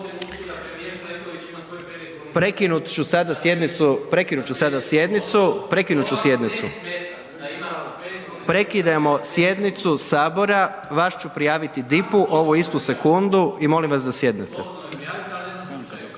prekinut ću sada sjednicu, prekinut ću sjednicu …/Upadica se ne čuje./… prekidamo sjednicu sabora, vas ću prijaviti DIP-u ovu istu sekundu i molim vas da sjednete.